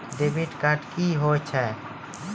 Debit card क्या हैं?